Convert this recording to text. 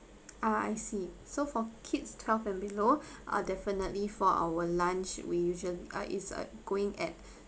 uh I see so for kids twelve and below are definitely for our lunch we usua~ ah is uh going at